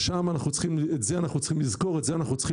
זה לא פוגע במאזן,